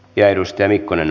tiedusteli konen